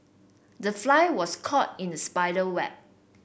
the fly was caught in the spider web